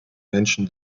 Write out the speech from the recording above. menschen